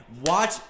Watch